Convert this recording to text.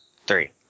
Three